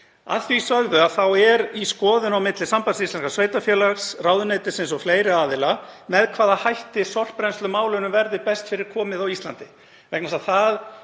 Að því sögðu er í skoðun á milli Sambands íslenskra sveitarfélaga og ráðuneytisins og fleiri aðila með hvaða hætti sorpbrennslumálunum verði best fyrir komið á Íslandi